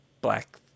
black